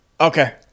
Okay